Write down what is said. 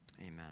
Amen